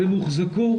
והם הוחזקו